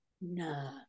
no